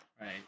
Right